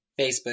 Facebook